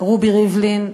רובי ריבלין,